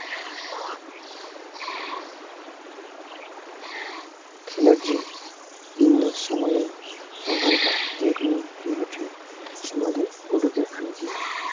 ᱠᱷᱮᱹᱞᱳᱰ ᱨᱮ ᱩᱱ ᱨᱮ ᱥᱚᱢᱚᱭᱤᱧ ᱚᱰᱚᱠᱼᱫᱟ ᱡᱮᱠᱚᱱᱳ ᱠᱷᱮᱹᱞᱳᱰ ᱨᱮ ᱥᱚᱢᱚᱭ ᱫᱩᱧ ᱩᱰᱩᱠᱮᱫ ᱠᱟᱱ ᱜᱮᱭᱟ